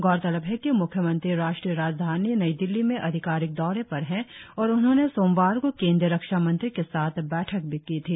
गौरतलब है कि म्ख्यमंत्री राष्ट्रीय राजधानी नई दिल्ली में अधिकारिक दौरे पर है और उन्होंने सोमवार को केंद्रीय रक्षा मंत्री के साथ बैठक भी की थी